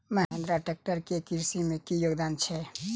Mahindra tractor केँ कृषि मे की योगदान छै?